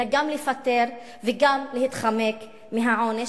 אלא גם לפטר וגם להתחמק מהעונש,